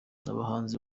abahanzi